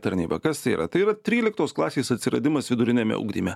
tarnyba kas tai yra tai yra tryliktos klasės atsiradimas viduriniame ugdyme